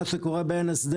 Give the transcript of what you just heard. מה שקורה בשעה שאין הסדר